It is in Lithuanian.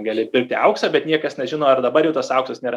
gali pirkti auksą bet niekas nežino ar dabar jau tas auksas nėra